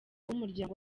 w’umuryango